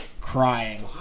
crying